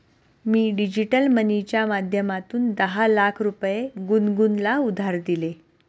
मी digital मनीच्या माध्यमातून दहा लाख रुपये गुनगुनला उधार दिले